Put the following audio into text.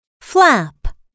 flap